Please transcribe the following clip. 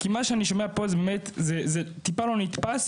כי מה שאני שומע פה זה באמת טיפה לא נתפס.